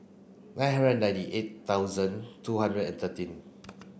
nine hundred and ninety eight thousand two hundred and thirteen